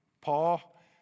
Paul